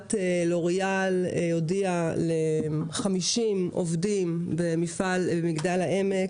הנהלת לוריאל הודיעה ל-50 עובדים במפעל במגדל העמק